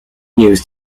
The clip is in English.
news